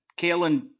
Kalen